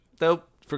nope